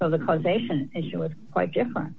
so the causation issue is quite different